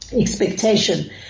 expectation